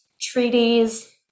treaties